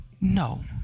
No